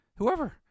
whoever